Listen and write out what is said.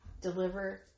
Deliver